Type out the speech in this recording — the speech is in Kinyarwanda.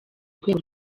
urwego